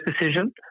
decision